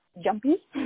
jumpy